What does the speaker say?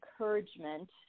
encouragement